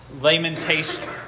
lamentation